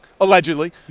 allegedly